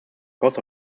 cost